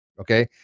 okay